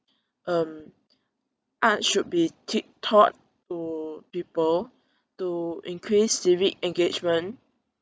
um art should be tea~ taught to people to increase civic engagement